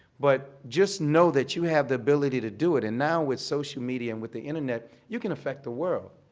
but just know that you have the ability to do it. and now with social media and with the internet, you can affect the world.